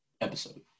episode